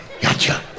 Gotcha